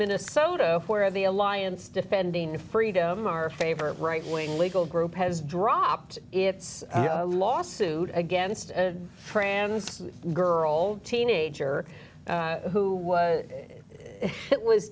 minnesota where the alliance defending freedom our favorite right wing legal group has dropped its lawsuit against trans girl teenager who was it was